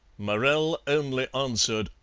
morell only answered,